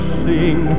sing